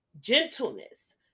gentleness